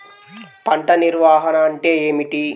పంట నిర్వాహణ అంటే ఏమిటి?